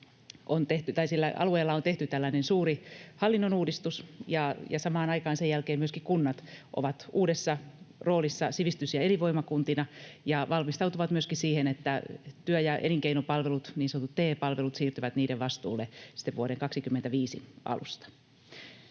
alueella on tehty suuri hallinnonuudistus. Samaan aikaan sen jälkeen myöskin kunnat ovat uudessa roolissaan sivistys- ja elinvoimakuntina ja valmistautuvat myöskin siihen, että työ- ja elinkeinopalvelut, niin sanotut TE-palvelut, siirtyvät niiden vastuulle vuoden 25 alusta.